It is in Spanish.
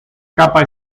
capa